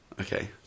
Okay